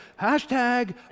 hashtag